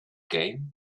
game